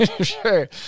Sure